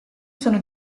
sono